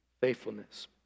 faithfulness